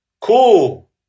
Cool